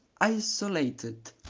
isolated